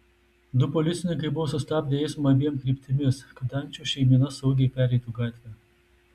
du policininkai buvo sustabdę eismą abiem kryptimis kad ančių šeimyna saugiai pereitų gatvę